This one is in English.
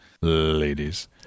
ladies